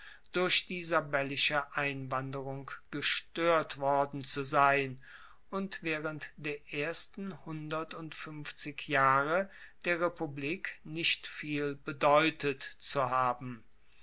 durch die sabellische einwanderung gestoert worden zu sein und waehrend der ersten hundertundfuenfzig jahre der republik nicht viel bedeutet zu haben